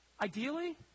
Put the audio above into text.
ideally